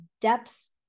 depths